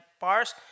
bars